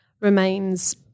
remains